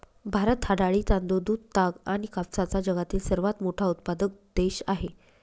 भारत हा डाळी, तांदूळ, दूध, ताग आणि कापसाचा जगातील सर्वात मोठा उत्पादक देश आहे